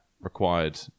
required